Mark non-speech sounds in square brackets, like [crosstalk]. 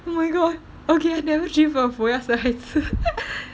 oh my god okay I never dream of 我要生孩子 [laughs]